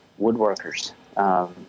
woodworkers